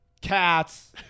cats